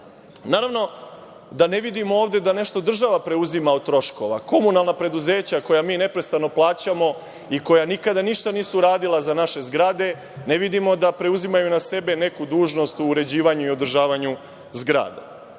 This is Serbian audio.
stanara. Naravno da ne vidim ovde da nešto država preuzima od troškova. Komunalna preduzeća, koja mi neprestano plaćamo i koja nikada ništa nisu uradila za naše zgrade, ne vidimo da preuzimaju na sebe neku dužnost u uređivanju i održavanju zgrada. Ima